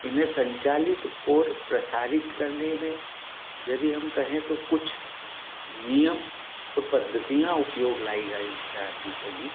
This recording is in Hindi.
इन्हें संचालित ओर प्रसारित करने में यदि हम कहें तो कुछ नियम और पद्धतियाँ उपयोग में लाई गाई जाती होंगी